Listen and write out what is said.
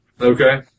Okay